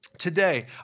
Today